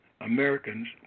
Americans